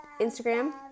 Instagram